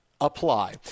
apply